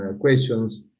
questions